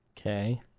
Okay